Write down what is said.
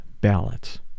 ballots